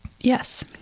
Yes